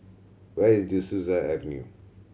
where is De Souza Avenue